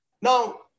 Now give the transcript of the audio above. Now